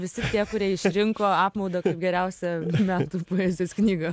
visi tie kurie išrinko apmaudą kaip geriausią metų poezijos knygą